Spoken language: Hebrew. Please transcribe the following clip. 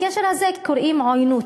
לקשר הזה קוראים עוינות,